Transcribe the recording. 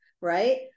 right